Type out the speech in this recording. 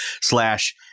slash